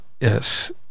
Yes